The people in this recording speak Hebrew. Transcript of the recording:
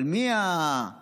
אבל מי באמת